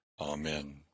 Amen